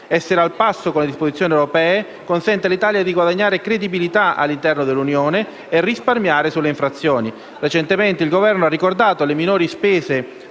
Essere al passo con le disposizioni europee consente all'Italia di guadagnare credibilità all'interno dell'Unione e risparmiare sulle infrazioni. Recentemente il Governo ha ricordato le minori spese